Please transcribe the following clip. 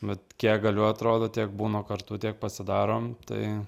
bet kiek galiu atrodo tiek būnu kartu tiek pasidarom tai